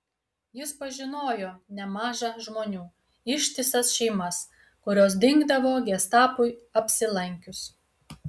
jis pažinojo nemaža žmonių ištisas šeimas kurios dingdavo gestapui apsilankius